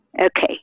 Okay